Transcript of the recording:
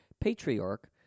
patriarch